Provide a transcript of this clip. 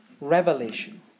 Revelation